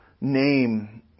name